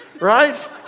Right